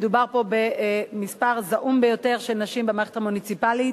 מדובר פה במספר זעום ביותר של נשים במערכת המוניציפלית,